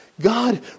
God